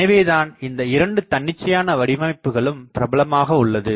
எனவே தான் இந்த இரண்டு தன்னிச்சையான வடிவமைப்புகளும் பிரபலமாக உள்ளது